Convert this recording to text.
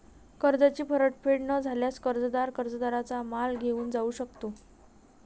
कर्जाची परतफेड न झाल्यास, कर्जदार कर्जदाराचा माल घेऊन जाऊ शकतो